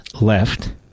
left